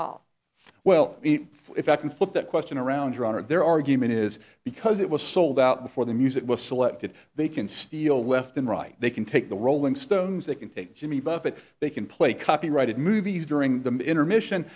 all well if i can flip that question around your honor their argument is because it was sold out before the music was selected they can steal left and right they can take the rolling stones they can take jimmy buffett they can play copyrighted movies during the intermission